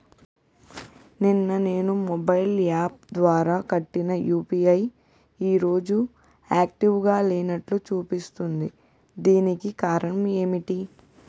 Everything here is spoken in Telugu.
నిన్న నేను మొబైల్ యాప్ ద్వారా కట్టిన యు.పి.ఐ ఈ రోజు యాక్టివ్ గా లేనట్టు చూపిస్తుంది దీనికి కారణం ఏమిటి?